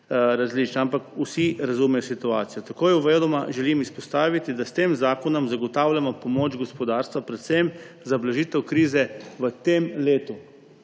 različne, ampak vsi razumejo situacijo. Takoj uvodoma želim izpostaviti, da s tem zakonom zagotavljamo pomoč gospodarstva predvsem za blažitev krize v tem letu,